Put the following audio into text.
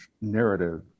narrative